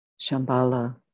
Shambhala